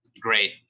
great